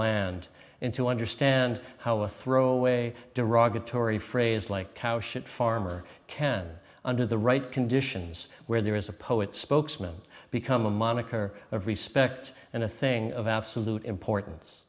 and to understand how a throwaway derogatory phrase like how shit farmer can under the right conditions where there is a poet spokesman become a moniker of respect and a thing of absolute importance